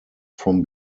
from